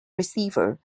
receiver